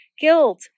guilt